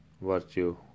virtue